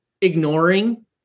ignoring